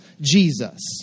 Jesus